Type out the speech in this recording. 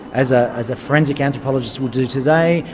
as ah as a forensic anthropologist would do today,